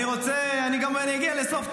אני רוצה, אני אגיע לסוף טוב.